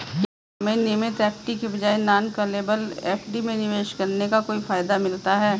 क्या हमें नियमित एफ.डी के बजाय नॉन कॉलेबल एफ.डी में निवेश करने का कोई फायदा मिलता है?